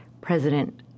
President